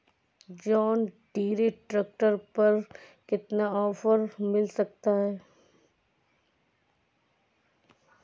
John Deere tractor पर कितना offer मिल सकता है?